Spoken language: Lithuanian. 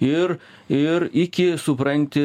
ir ir iki supranti